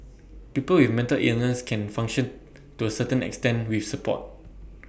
people with mental illness can function to A certain extent with support